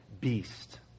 beast